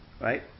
Right